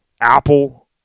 Apple